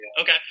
Okay